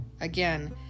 again